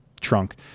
trunk